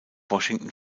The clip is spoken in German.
washington